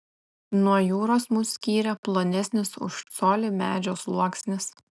nuo jūros mus skyrė plonesnis už colį medžio sluoksnis